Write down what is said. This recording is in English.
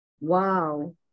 Wow